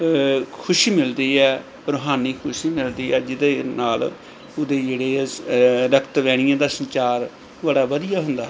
ਖੁਸ਼ੀ ਮਿਲਦੀ ਹੈ ਰੂਹਾਨੀ ਖੁਸ਼ੀ ਮਿਲਦੀ ਹੈ ਜਿਹਦੇ ਨਾਲ ਉਹਦੇ ਜਿਹੜੇ ਰਕਤ ਵਹਿਣੀਆਂ ਦਾ ਸੰਚਾਰ ਬੜਾ ਵਧੀਆ ਹੁੰਦਾ